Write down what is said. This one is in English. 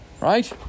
right